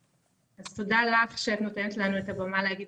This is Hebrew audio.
אז תודה לך שאת נותנת לנו את הבמה להגיד